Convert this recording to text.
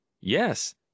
Yes